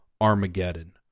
Armageddon